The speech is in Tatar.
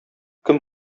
кем